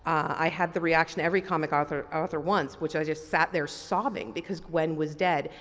i had the reaction every comic author author wants which i just sat there sobbing because gwen was dead,